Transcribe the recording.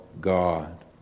God